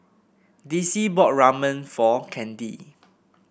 Dicy bought Ramen for Kandi